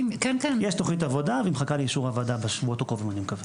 יש תוכנית עבודה והיא מחכה לאישור עבודה בשבועות הקרובים אני מקווה.